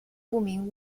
不明